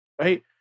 right